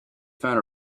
found